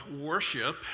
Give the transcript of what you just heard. Worship